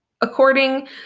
According